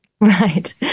Right